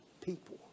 people